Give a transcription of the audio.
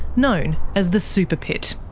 known as the super pit.